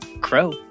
Crow